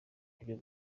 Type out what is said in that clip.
buryo